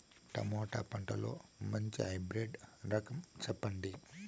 Tomato పంటలో మంచి hybrid రకం చెప్పండి?